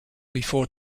before